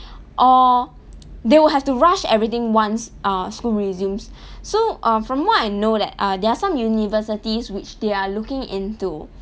or they will have to rush everything once uh school resumes so uh from what I know that uh there are some universities which they are looking into